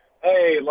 Hey